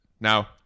now